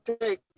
take